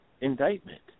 indictment